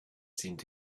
seemed